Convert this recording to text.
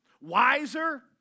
wiser